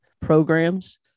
programs